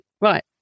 right